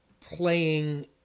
playing